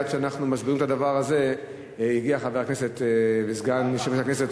עד שאנחנו מסבירים את הדבר הזה הגיע חבר הכנסת וסגן יושב-ראש הכנסת,